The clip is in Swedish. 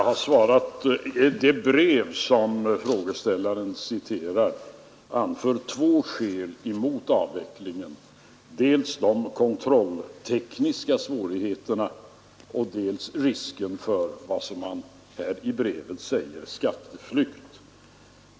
Herr talman! Det brev som frågeställaren citerar anför två skäl mot avvecklingen: dels de kontrolltekniska svårigheterna, dels risken för vad som i brevet kallas för skatteflykt.